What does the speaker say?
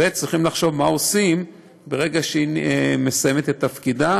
וצריכים לחשוב מה עושים ברגע שהיא מסיימת את תפקידה.